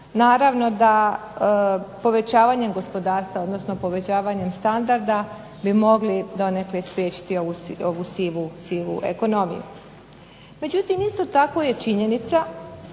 naravno da povećavanjem gospodarstva, odnosno povećavanjem standarda bi mogli donekle spriječiti ovu sivu ekonomiju. Međutim isto tako je činjenica